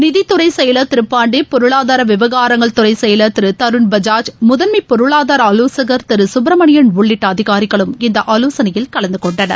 நிதித்துறை செயலர் திரு பான்டே பொருளாதார விவகாரங்கள் துறை செயலர் திரு தருன் பஜாஜ் முதன்மை பொருளாதார ஆலோசகர் திரு சுப்ரமணியன் உள்ளிட்ட அதிகாரிகளும் இந்த ஆலோசனையில் கலந்து கொண்டனர்